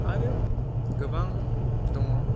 आरो गोबां दङ